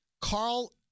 Carl